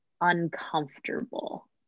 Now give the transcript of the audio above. uncomfortable